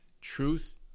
truth